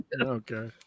Okay